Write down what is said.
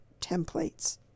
templates